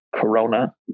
corona